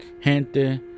gente